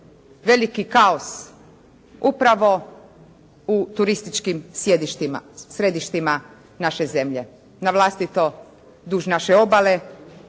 veliki kaos upravo u turističkim središtima naše zemlje navlastito duž naše obale